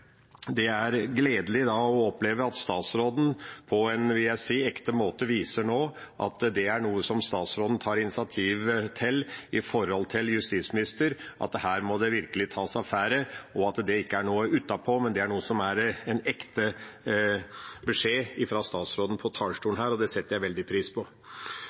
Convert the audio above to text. Det er gledelig å oppleve at statsråden på en ekte måte, vil jeg si, nå viser at det er noe statsråden tar initiativ til overfor justisministeren – at det her virkelig må tas affære, og at dette ikke er noe overflatisk, men en ekte beskjed fra statsråden på talerstolen her. Det setter jeg veldig pris på. Det må også bli en gjennomgang av ordningen og bli slutt på